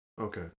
Okay